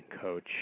coach